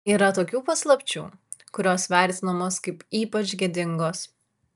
yra tokių paslapčių kurios vertinamos kaip ypač gėdingos